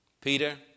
Peter